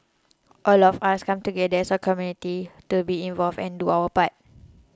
all of us come together as a community to be involved and do our